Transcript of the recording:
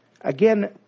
Again